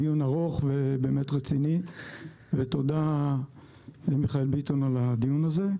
דיון ארוך ובאמת רציני ותודה למיכאל ביטון על הדיון הזה.